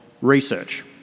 research